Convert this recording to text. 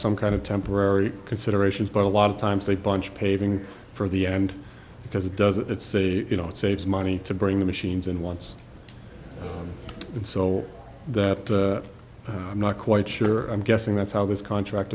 some kind of temporary considerations but a lot of times they punch paving for the end because it does it say you know it saves money to bring the machines in once and so that i'm not quite sure i'm guessing that's how this contract